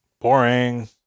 Boring